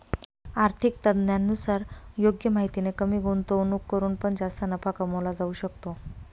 आर्थिक तज्ञांनुसार योग्य माहितीने कमी गुंतवणूक करून पण जास्त नफा कमवला जाऊ शकतो